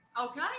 Okay